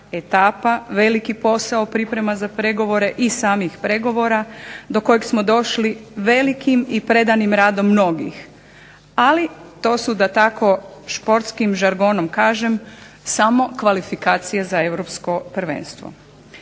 etapa, veliki posao priprema za pregovore i samih pregovora do kojeg smo došli velikim i predanim radom mnogih. Ali to su, da tako športskih žargonom kaže, samo kvalifikacije za europsko prvenstvo.